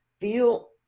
feel